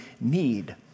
need